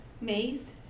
Maze